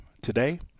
today